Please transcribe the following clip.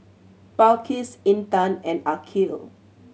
Balqis Intan and Aqil